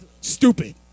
stupid